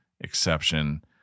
exception